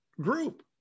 group